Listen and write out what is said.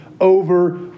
over